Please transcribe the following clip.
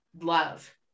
love